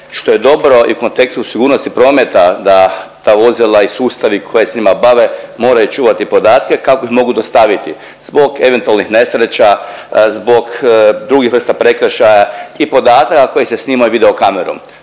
što je dobro i u kontekstu sigurnosti prometa da ta vozila i sustavi koji se njima bave moraju čuvati podatke kako ih mogu dostaviti zbog eventualnih nesreća, zbog drugih vrsta prekršaja i podataka koji se snimaju video kamerom.